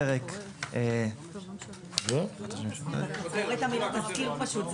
פרק --- הוא קורא את התסקיר פשוט.